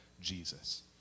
Jesus